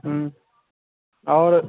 और